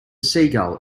seagull